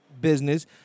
business